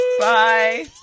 Bye